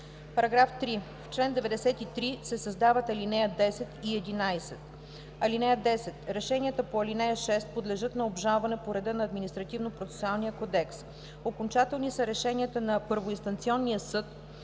§ 3. § 3. В чл. 93 се създават ал. 10 и 11: „(10) Решенията по ал. 6 подлежат на обжалване по реда на Административнопроцесуалния кодекс. Окончателни са решенията на първоинстанционния съд